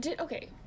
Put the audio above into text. Okay